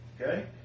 okay